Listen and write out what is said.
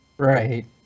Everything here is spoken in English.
Right